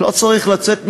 לא צריך לצאת מגדרנו.